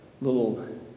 little